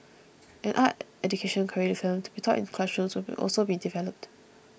an art education curriculum to be taught in classrooms will also be developed